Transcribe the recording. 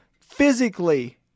physically